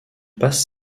passe